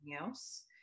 else